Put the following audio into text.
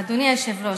אדוני היושב-ראש,